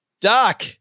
Doc